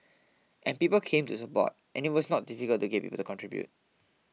and people came to support and it was not difficult to get people to contribute